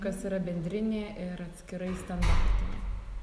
kas yra bendrinė ir atskirai standartinė